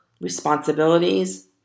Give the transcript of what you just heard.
responsibilities